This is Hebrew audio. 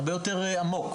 הרבה יותר עמוק.